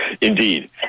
Indeed